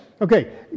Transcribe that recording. okay